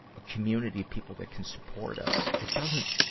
a community, people that can support us, it doesn't,